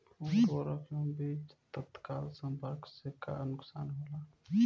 उर्वरक व बीज के तत्काल संपर्क से का नुकसान होला?